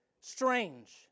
strange